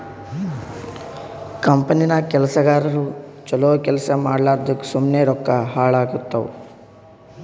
ಕಂಪನಿನಾಗ್ ಕೆಲ್ಸಗಾರು ಛಲೋ ಕೆಲ್ಸಾ ಮಾಡ್ಲಾರ್ದುಕ್ ಸುಮ್ಮೆ ರೊಕ್ಕಾ ಹಾಳಾತ್ತುವ್